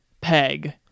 Peg